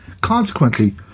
Consequently